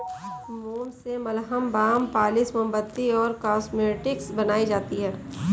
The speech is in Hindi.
मोम से मलहम, बाम, पॉलिश, मोमबत्ती और कॉस्मेटिक्स बनाई जाती है